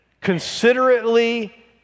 considerately